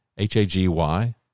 H-A-G-Y